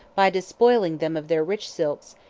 by despoiling them of their rich silks,